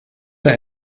der